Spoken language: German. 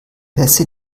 pässe